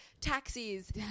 taxis